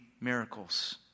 miracles